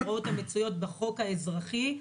ההוראות המצויות בחוק האזרחי,